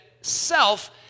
self